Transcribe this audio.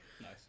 Nice